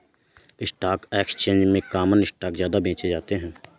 stock exchange में common stock ज्यादा बेचे जाते है